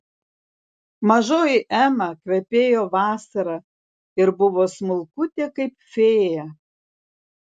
mažoji ema kvepėjo vasara ir buvo smulkutė kaip fėja